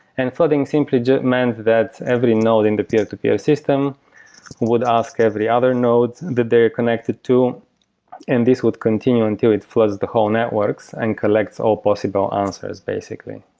and flooding simply just means that every node in the peer-to-peer system would ask every other nodes that they're connected to and this would continue until it floods the whole networks and collects all possible answers basically